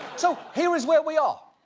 so, here is where we are,